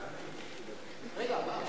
שיזמו חברת